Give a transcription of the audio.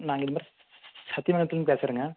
நாங்கள் இதுமாதிரி சத்யமங்கலத்துலேருந்து பேசுகிறேங்க